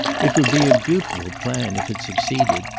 it would be a beautiful plan if it succeeded,